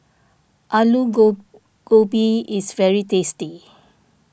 Alu Gobi is very tasty